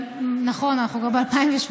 נכון, אנחנו כבר ב-2018.